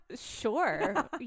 Sure